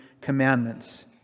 commandments